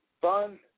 fun